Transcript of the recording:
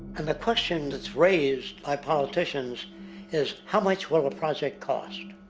and the question that's raised by politicians is how much will a project cost?